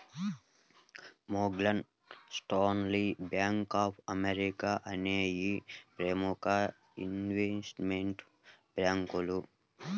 Morgan Stanley, bank of America అనేయ్యి ప్రముఖ investment బ్యేంకులు